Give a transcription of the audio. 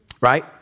right